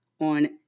on